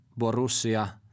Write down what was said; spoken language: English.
borussia